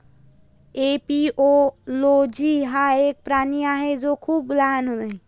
एपिओलोजी हा एक प्राणी आहे जो खूप लहान आहे